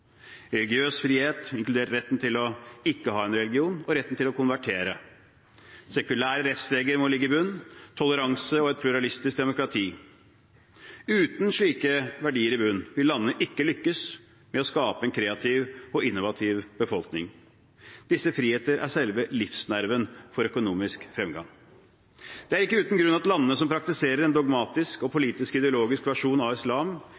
religiøs frihet, inkludert retten til å ikke ha en religion og retten til å konvertere. Sekulære rettsregler må ligge i bunnen – toleranse og et pluralistisk demokrati. Uten slike verdier i bunnen vil landene ikke lykkes med å skape en kreativ og innovativ befolkning. Disse friheter er selve livsnerven for økonomisk fremgang. Det er ikke uten grunn at landene som praktiserer en dogmatisk og politisk-ideologisk versjon av islam,